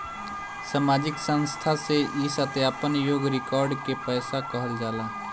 सामाजिक संस्था से ई सत्यापन योग्य रिकॉर्ड के पैसा कहल जाला